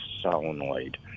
solenoid